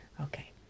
Okay